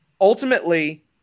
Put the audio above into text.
Ultimately